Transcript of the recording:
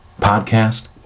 podcast